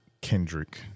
Kendrick